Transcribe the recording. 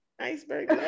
iceberg